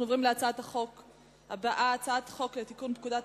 אנחנו עוברים להצעת החוק הבאה: הצעת חוק לתיקון פקודת